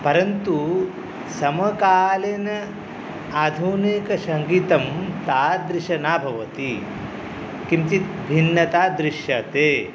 परन्तु समकालीन आधुनिकसङ्गीतं तादृशं ना भवति किञ्चित् भिन्नता दृश्यते